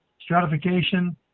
stratification